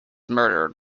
murdered